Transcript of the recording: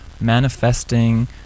manifesting